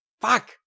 Fuck